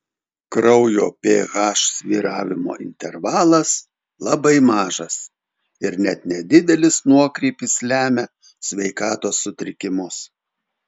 kraujo ph svyravimo intervalas labai mažas ir net nedidelis nuokrypis lemia sveikatos sutrikimus